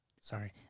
Sorry